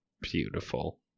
beautiful